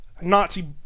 Nazi